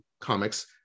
comics